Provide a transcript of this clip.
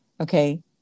Okay